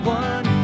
one